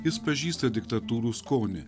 jis pažįsta diktatūrų skonį